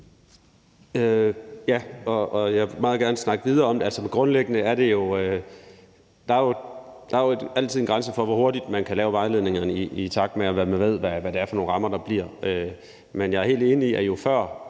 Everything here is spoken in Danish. Ja, og jeg vil meget gerne snakke videre om det. Grundlæggende er der jo altid en grænse for, hvor hurtigt man kan lave vejledningerne, i takt med at man ved, hvad det er for nogle rammer, der bliver. Men jeg er helt enig i, at jo før